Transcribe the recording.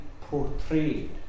portrayed